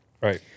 Right